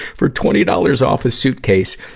for twenty dollars off a suitcase,